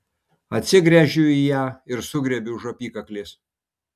atsigręžiu į ją ir sugriebiu už apykaklės